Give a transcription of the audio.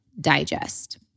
digest